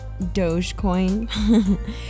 Dogecoin